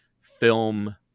film